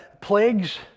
plagues